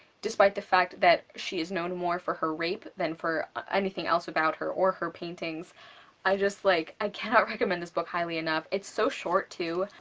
despite the fact that she is known more for her rape than for anything else about her or her paintings i just like, i cannot recommend this book highly enough, it's so short too.